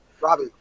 Robbie